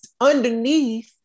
underneath